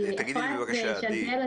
עדי,